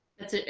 that's it.